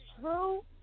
true